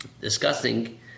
discussing